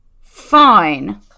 Fine